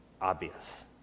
obvious